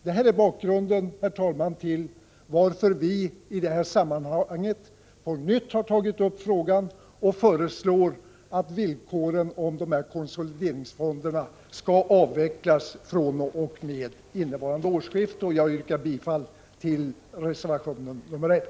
Detta är, herr talman, bakgrunden till att vi i det här sammanhanget på nytt har tagit upp frågan och föreslår att villkoren när det gäller dessa konsolideringsfonder skall avvecklas vid årsskiftet. Jag yrkar bifall till reservation nr 1.